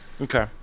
Okay